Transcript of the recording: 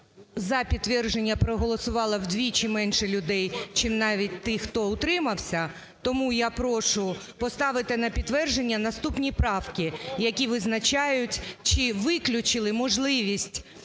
за підтвердження проголосувало вдвічі менше людей, чим навіть тих, хто утримався, тому я прошу поставити на підтвердження наступні правки, які визначають, чи виключили можливість